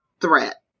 threat